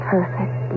Perfect